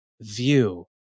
view